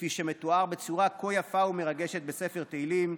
כפי שמתואר בצורה כה יפה ומרגשת בספר תהילים: